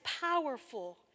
powerful